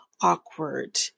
awkward